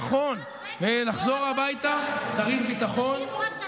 נכון, וכדי לחזור הביתה צריך ביטחון.